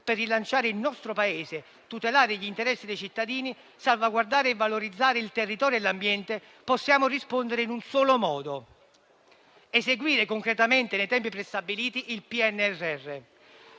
per rilanciare il nostro Paese, tutelare gli interessi dei cittadini, salvaguardare e valorizzare il territorio e l'ambiente, possiamo rispondere in un solo modo: eseguire concretamente nei tempi prestabiliti il PNRR.